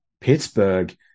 Pittsburgh